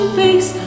face